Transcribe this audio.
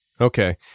Okay